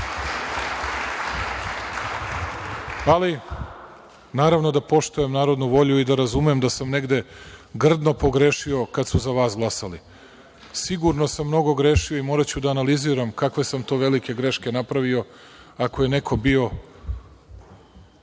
Ali, naravno da poštujem narodnu volju i da razumem da sam negde grdno pogrešio kad su za vas glasali. Sigurno sam mnogo grešio i moraću da analiziram kakve sam to velike greške napravio ako je neko bio